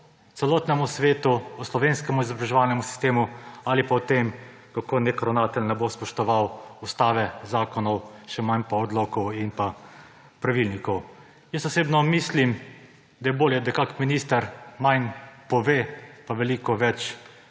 o celotnem svetu, o slovenskem izobraževalnem sistemu ali pa o tem, da nek ravnatelj ne bo spoštoval ustave, zakonov, še manj pa odlokov in pravilnikov. Jaz osebno mislim, da je bolje, da kakšen minister manj pove pa veliko več